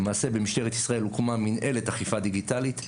למעשה במשטרת ישראל הוקמה מנהלת אכיפה דיגיטלית.